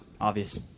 obvious